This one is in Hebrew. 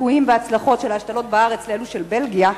הסיכויים וההצלחות של ההשתלות בארץ לאלה שבבלגיה,